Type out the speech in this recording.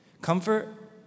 Comfort